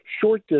short